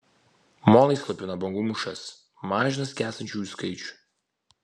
molai slopina bangų mūšas mažina skęstančiųjų skaičių